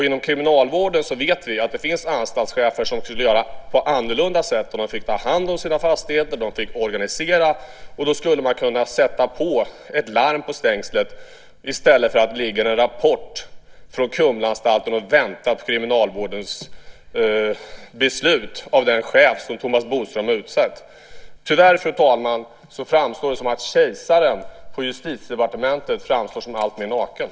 Inom kriminalvården vet vi att det finns anstaltschefer som skulle göra på annorlunda sätt om de fick ta hand om sina fastigheter och organisera. Då skulle man kunna sätta ett larm på stängslet, i stället för att det ska ligga en rapport från Kumlaanstalten hos kriminalvården och vänta på beslut av den chef som Thomas Bodström har utsett. Tyvärr, fru talman, framstår kejsaren på Justitiedepartementet alltmer som naken.